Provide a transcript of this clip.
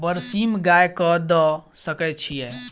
बरसीम गाय कऽ दऽ सकय छीयै?